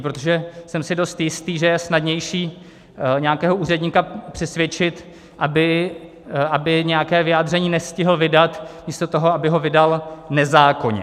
Protože jsem si dost jistý, že je snadnější nějakého úředníka přesvědčit, aby nějaké vyjádření nestihl vydat, místo toho, aby ho vydal nezákonně.